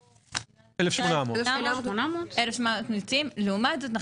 1,800. לעומת זאת,